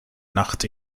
nacht